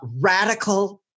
radical